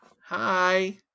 hi